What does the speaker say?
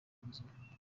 ubuzima